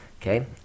Okay